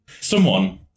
Someone